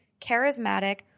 charismatic